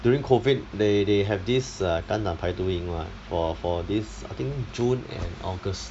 during COVID they they have this like 感染排毒营 [what] for for this I think june and august